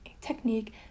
technique